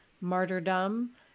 martyrdom